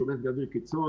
שיש מזג אוויר קיצון,